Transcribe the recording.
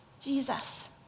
Jesus